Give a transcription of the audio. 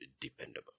dependable